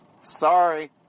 Sorry